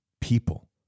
people